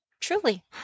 truly